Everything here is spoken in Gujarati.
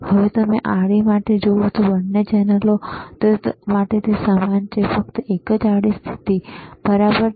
હવે તમે આડી માટે જુઓ છો બંને ચેનલો માટે તે સમાન છે ફક્ત એક જ આડી સ્થિતિ બરાબર ને